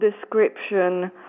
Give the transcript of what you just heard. description